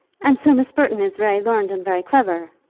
and so miss burton is very learned and very clever?